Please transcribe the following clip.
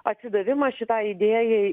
atsidavimą šitai idėjai